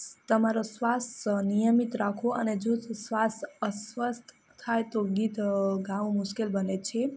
તમારો શ્વાસ નિયમિત રાખો અને જેથી શ્વાસ અસ્વસ્થ થાય તો ગીત ગાવું મુશ્કેલ બને છે